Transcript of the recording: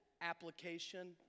application